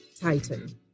Titan